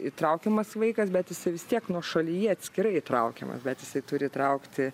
įtraukiamas vaikas bet jisai vis tiek nuošalyje atskirai įtraukiamas bet jisai turi įtraukti